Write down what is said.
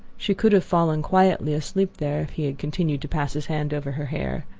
she could have fallen quietly asleep there if he had continued to pass his hand over her hair.